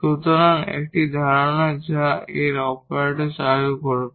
সুতরাং একটি ধারণা যা এখন তার অপারেটর চালু করবে